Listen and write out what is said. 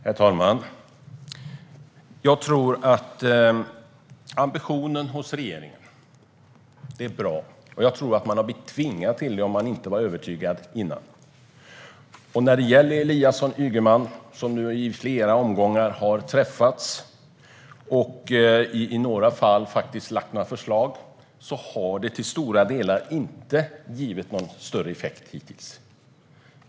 Herr talman! Jag tror att regeringens ambition är bra - och jag tror att man hade blivit tvingad till det om man inte var övertygad tidigare. När det gäller Eliasson och Ygeman, som nu i flera omgångar har träffats och i vissa fall faktiskt lagt fram några förslag, har det i stora delar inte givit någon större effekt hittills.